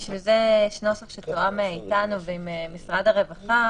בשביל זה יש נוסח שתואם איתנו ועם משרד הרווחה,